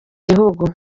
gihugu